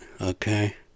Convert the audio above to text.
Okay